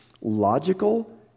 logical